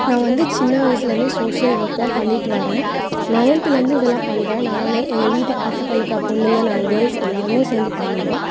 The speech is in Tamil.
நான் வந்து சின்ன வயசுலேந்தே சோஷியல் ஒர்க்லாம் பண்ணிகிட்டு வறேன் நயன்த்துலந்து இதெலாம் பண்ணுறேன் நான் எங்கள் வீட்டுக்கு பக்கத்துலுருக்க பொண்ணுங்க நாங்கள் கேர்ல்ஸ் எல்லாருமே சேர்ந்து பண்ணுவோம்